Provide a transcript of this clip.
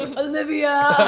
ah olivia!